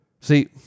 See